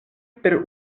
per